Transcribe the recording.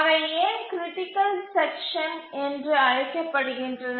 அவை ஏன் critical section என்று அழைக்கப்படுகின்றன